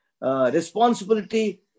responsibility